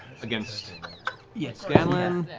against yeah scanlan,